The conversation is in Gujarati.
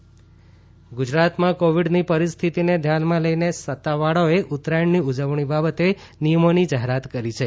ઉતરાયણ ગુજરાતમાં કોવિડની પરિસ્થિતિને ધ્યાનમાં લઈને સત્તાવાળાઓએ ઉત્તરાયણની ઉજવણી બાબતે નિયમોની જાહેરાત કરી છે